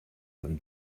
than